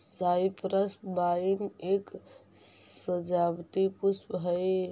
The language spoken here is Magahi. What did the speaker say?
साइप्रस वाइन एक सजावटी पुष्प हई